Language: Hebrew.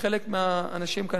שחלק מהאנשים כאן,